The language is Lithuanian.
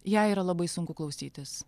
jai yra labai sunku klausytis